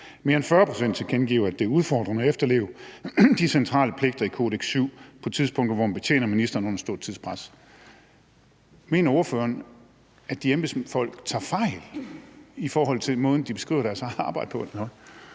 Mere end 40 pct. tilkendegiver, at det er udfordrende at efterleve de centrale pligter i »Kodex VII« på tidspunkter, hvor man betjener ministeren under stort tidspres. Mener ordføreren, at de embedsfolk tager fejl i forhold til måden, de beskriver deres eget arbejde på?